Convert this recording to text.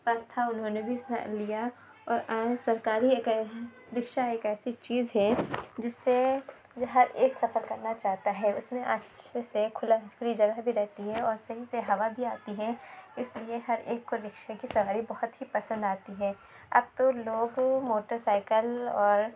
پاس تھا اُنہوں نے بھی حصّہ لیا اور آئیں سرکاری ایک رکشہ ایک ایسی چیز ہے جس سے ہر ایک سفر کرنا چاہتا ہے اُس میں اچھے سے کُھلا کُھلی جگہ بھی رہتی ہے اور صحیح سے ہَوا بھی آتی ہے اِس لیے ہر ایک کو رکشے کی سواری بہت ہی پسند آتی ہے اب تو لوگ موٹر سائیکل اور